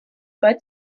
bud